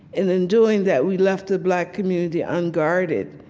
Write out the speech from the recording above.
and in doing that, we left the black community unguarded.